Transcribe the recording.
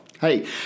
Hey